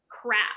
crap